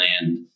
land